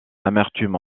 amertume